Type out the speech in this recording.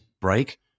break